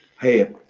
hey